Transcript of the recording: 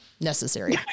Necessary